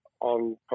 on